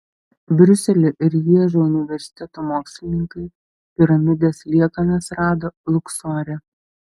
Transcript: briuselio ir lježo universitetų mokslininkai piramidės liekanas rado luksore